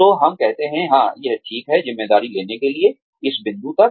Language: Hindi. तो हम कहते हैं हाँ यह ठीक है ज़िम्मेदारी लेने के लिए इस बिंदु तक